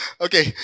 Okay